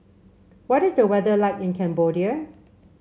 what is the weather like in Cambodia